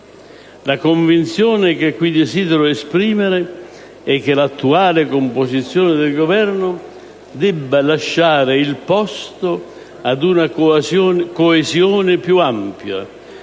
la convinzione che qui desidero esprimere è che l'attuale composizione del Governo debba lasciare il posto ad una coesione più ampia,